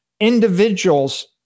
individuals